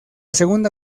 segunda